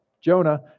Jonah